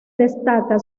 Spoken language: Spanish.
destaca